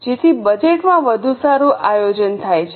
તેથી બજેટ માં વધુ સારું આયોજન થાય છે